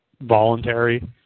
voluntary